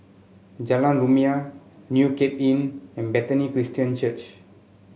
Jalan Rumia New Cape Inn and Bethany Christian Church